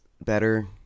better